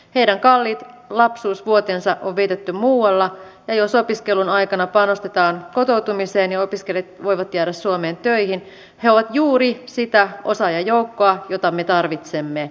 heidän kalliit lapsuusvuotensa on vietetty muualla ja jos opiskelun aikana panostetaan kotoutumiseen ja opiskelijat voivat jäädä suomeen töihin he ovat juuri sitä osaajajoukkoa jota me tarvitsemme